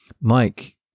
Mike